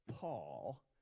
Paul